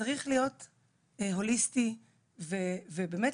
צריך להיות הוליסטי ובאמת,